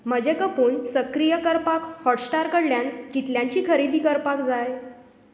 म्हजे कुपन सक्रीय करपाक हॉटस्टार कडल्यान कितल्याची खरेदी करपाक जाय